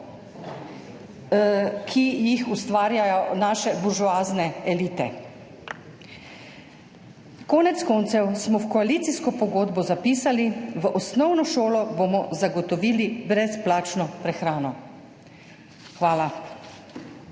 ki jih ustvarjajo naše buržoazne elite. Konec koncev smo v koalicijsko pogodbo zapisali, v osnovni šoli bomo zagotovili brezplačno prehrano. Hvala.